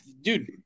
dude –